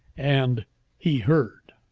and he heard.